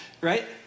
right